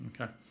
Okay